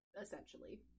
essentially